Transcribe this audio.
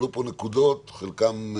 עלו פה נקודות חלקם,